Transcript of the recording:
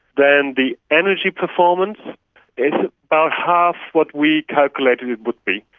then the energy performance is about half what we calculated it would be.